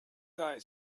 guy